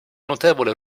notevole